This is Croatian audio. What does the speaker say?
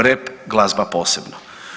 Rep glazba posebna.